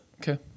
Okay